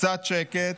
קצת שקט.